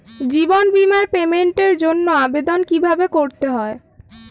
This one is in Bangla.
জীবন বীমার পেমেন্টের জন্য আবেদন কিভাবে করতে হয়?